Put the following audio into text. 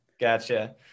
Gotcha